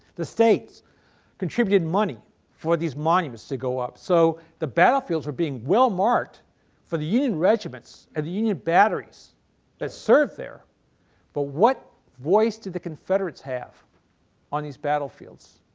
the states contributed money for these monuments to go up so, the battlefields were being well marked for the union regiments and the union batteries that served there but what voice did the confederates have on these battlefields?